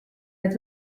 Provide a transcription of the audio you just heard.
need